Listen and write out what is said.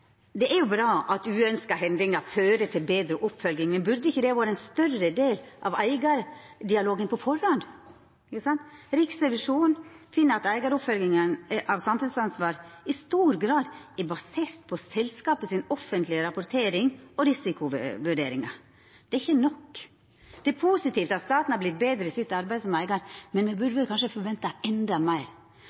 Det er bra at uønskte hendingar fører til betre oppfølging, men burde ikkje det ha vore ein større del av eigardialogen på førehand? Riksrevisjonen finn at eigaroppfølginga av samfunnsansvar i stor grad er basert på selskapas offentlege rapportering og risikovurderingar. Det er ikkje nok. Det er positivt at staten har vorte betre i arbeidet sitt som eigar, men me burde kanskje ha forventa endå meir,